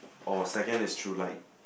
or second is through like